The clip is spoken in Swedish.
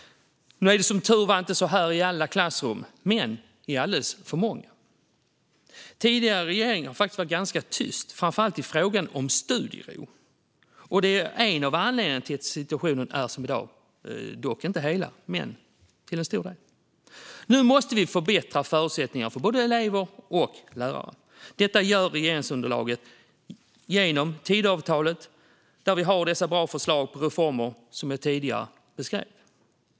Det är som tur är inte så i alla klassrum, men i alldeles för många. Tidigare regering har varit ganska tyst, framför allt i frågan om studiero. Det är en av anledningarna - inte enbart, men till stor del - till att situationen är som den är i dag. Nu måste vi förbättra förutsättningarna för både lärare och elever. Detta gör regeringsunderlaget genom Tidöavtalet, där vi har de bra förslag på reformer som jag tidigare beskrev.